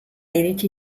iritsi